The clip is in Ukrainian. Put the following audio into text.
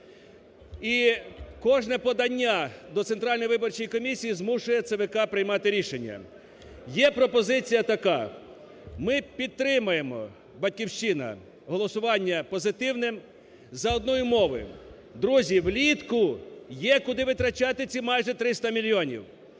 І кожне подання до Центральної виборчої комісії змушує ЦВК приймати рішення. Є пропозиція така. Ми підтримаємо, "Батьківщина", голосування позитивним за однією умовою. Друзі! Влітку є куди витрачати ці майже 300 мільйонів.